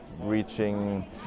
reaching